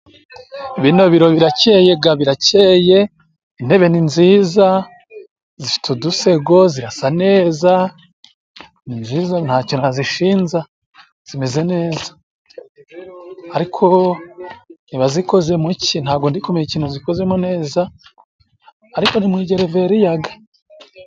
Bino biro birakeye ga birakeye, intebe ni nziza zifite udusego zirasa neza, ni nziza ntacyo nazishinza zimeze neza. Ariko niba zikoze mu ki? Ntabwo ndi kumenya ikintu zikozemo neza, ariko ni mu igereveriya ga.